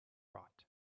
right